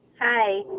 Hi